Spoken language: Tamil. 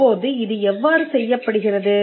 இப்போது இது எவ்வாறு செய்யப்படுகிறது